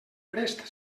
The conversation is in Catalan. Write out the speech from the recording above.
prest